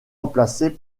remplacés